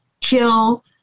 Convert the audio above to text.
kill